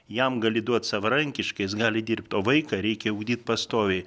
jam gali duot savarankiškai jis gali dirbt o vaiką reikia ugdyt pastoviai